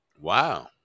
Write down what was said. Wow